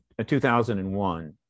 2001